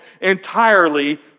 entirely